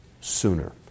sooner